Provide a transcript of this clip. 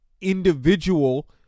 individual